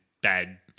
bad